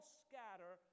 scatter